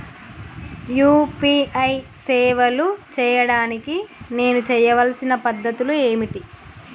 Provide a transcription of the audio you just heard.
UPI సేవలు చేయడానికి నేను చేయవలసిన పద్ధతులు ఏమిటి?